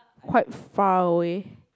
quite far away